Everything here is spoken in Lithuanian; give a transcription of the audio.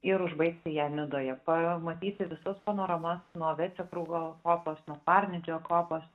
ir užbaigti ją nidoje pamatyti visas panoramas nuo vecekrugo kopos nuo parnidžio kopos